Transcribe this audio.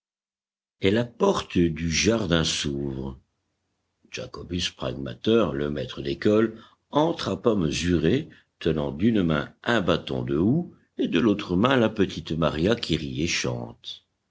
et la porte du jardin s'ouvre jacobus pragmater le maître d'école entre à pas mesurés tenant d'une main un bâton de houx et de l'autre main la petite maria qui rit et chante